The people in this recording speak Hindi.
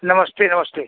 नमस्ते नमस्ते